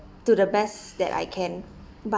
to the best that I can but